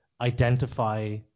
identify